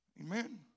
Amen